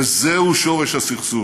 וזהו שורש הסכסוך: